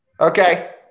Okay